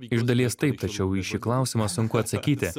iš dalies taip tačiau į šį klausimą sunku atsakyti